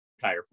tire